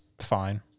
fine